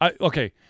Okay